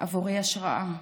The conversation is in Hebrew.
השראה עבורי.